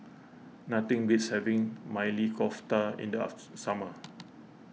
nothing beats having Maili Kofta in the summer